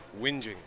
whinging